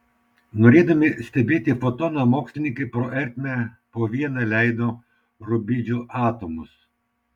norėdami stebėti fotoną mokslininkai pro ertmę po vieną leido rubidžio atomus